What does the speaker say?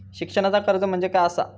शिक्षणाचा कर्ज म्हणजे काय असा?